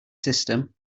system